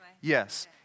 Yes